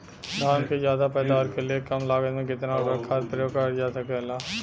धान क ज्यादा पैदावार के लिए कम लागत में कितना उर्वरक खाद प्रयोग करल जा सकेला?